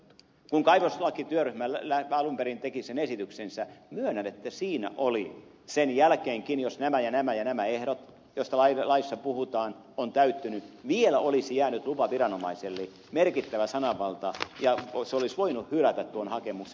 kun kaivoslakityöryhmä alun perin teki sen esityksensä myönnän että siinä sen jälkeenkin jos nämä ja nämä ja nämä ehdot ovat täyttyneet joista laissa puhutaan vielä olisi jäänyt lupaviranomaiselle merkittävä sananvalta ja se olisi voinut hylätä tuon hakemuksen